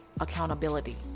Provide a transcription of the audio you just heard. accountability